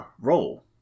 role